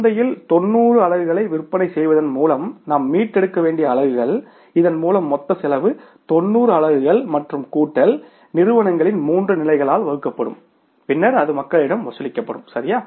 சந்தையில் 90 அலகுகளை விற்பனை செய்வதன் மூலம் நாம் மீட்டெடுக்க வேண்டிய அலகுகள் இதன் மூலம் மொத்த செலவு 90 அலகுகள் மற்றும் கூட்டல் நிறுவனங்களின் மூன்று நிலைகளால் வகுக்கப்படும் பின்னர் அது மக்களிடம் வசூலிக்கப்படும் சரியா